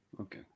Okay